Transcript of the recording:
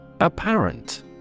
Apparent